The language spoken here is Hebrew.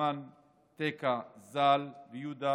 סלומון טקה ז"ל ויהודה